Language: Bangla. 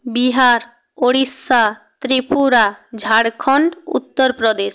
বিহার উড়িষ্যা ত্রিপুরা ঝাড়খণ্ড উত্তর প্রদেশ